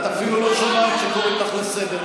את אפילו לא שומעת כשקוראים אותך לסדר.